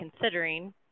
considering